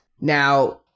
Now